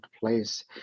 place